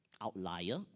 Outlier